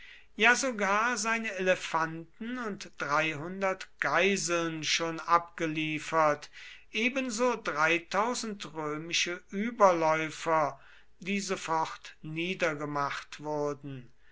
ja sogar seine elefanten und geiseln schon abgeliefert ebenso römische überläufer die sofort niedergemacht wurden